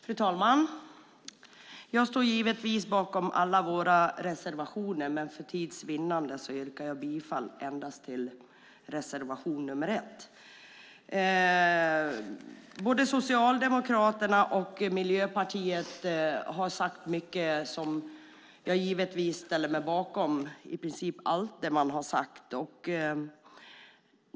Fru talman! Jag står givetvis bakom alla våra reservationer, men för tids vinnande yrkar jag bifall endast till reservation 1. Både Socialdemokraterna och Miljöpartiet har sagt mycket och jag ställer mig bakom i princip allt man har sagt.